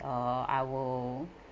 uh I will